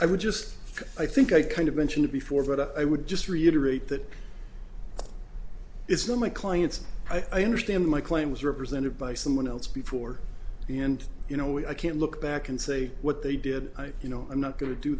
i would just i think i kind of mentioned it before but i would just reiterate that it's not my client's i understand my claim was represented by someone else before the end you know i can look back and say what they did you know i'm not going to do